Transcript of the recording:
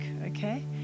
okay